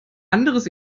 anderes